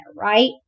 right